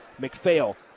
McPhail